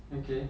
okay